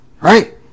Right